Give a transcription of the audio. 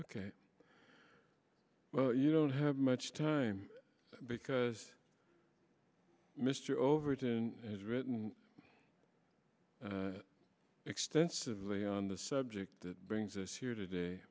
ok well you don't have much time because mr overton has written extensively on the subject that brings us here today